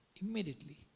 immediately